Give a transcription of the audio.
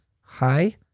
hi